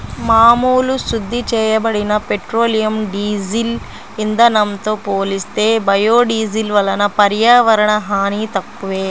మామూలు శుద్ధి చేయబడిన పెట్రోలియం, డీజిల్ ఇంధనంతో పోలిస్తే బయోడీజిల్ వలన పర్యావరణ హాని తక్కువే